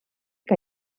que